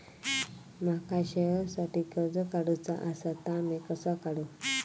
माका शेअरसाठी कर्ज काढूचा असा ता मी कसा काढू?